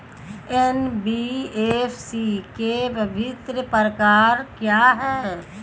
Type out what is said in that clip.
NBFC के विभिन्न प्रकार क्या हैं?